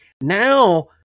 Now